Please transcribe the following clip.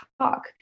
talk